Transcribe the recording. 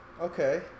Okay